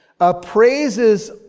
appraises